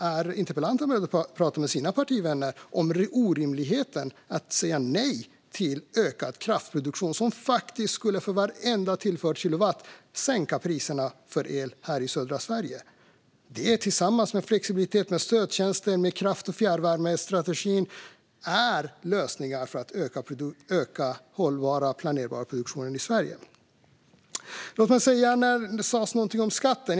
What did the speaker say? Är interpellanten beredd att prata med sina partivänner om orimligheten i att säga nej till ökad kraftproduktion som för varenda tillförd kilowatt skulle sänka priserna på el här i södra Sverige? Det tillsammans med flexibilitet, stödtjänster och kraft och fjärrvärmestrategin är lösningar för att öka den hållbara och planerbara produktionen i Sverige. Det sas någonting om skatten.